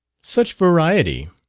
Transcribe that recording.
such variety!